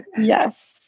yes